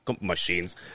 machines